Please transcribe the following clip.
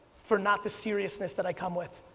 for not the seriousness that i come with.